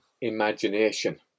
imagination